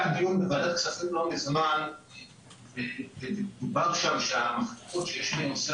היינו בוועדת כספים לא מזמן ודובר שם שההכנסות שיש בנושא